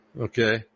okay